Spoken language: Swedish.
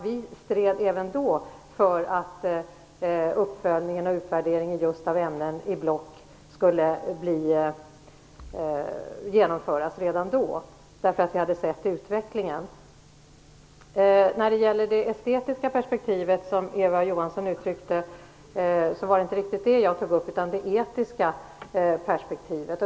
Vi stred även då för att en uppföljning och en utvärdering av ämnen i block skulle genomföras redan då, eftersom vi hade sett utvecklingen. Eva Johansson tog upp det estetiska perspektivet. Men det var inte riktigt detta som jag tog upp, utan det var det etiska perspektivet.